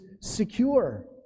secure